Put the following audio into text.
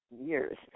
years